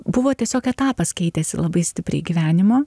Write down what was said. buvo tiesiog etapas keitėsi labai stipriai gyvenimo